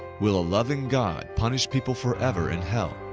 will a loving god punish people forever in hell?